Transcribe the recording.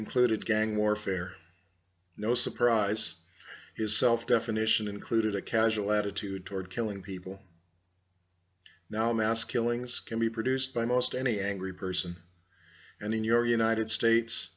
included gang warfare no surprise his self definition included a casual attitude toward killing people now mass killings can be produced by most any angry person and in your united states